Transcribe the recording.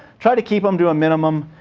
try to keep them to a minimum.